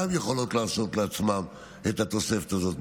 יכולות להרשות לעצמן את התוספת הזאת.